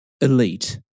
elite